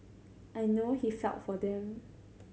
I know he felt for them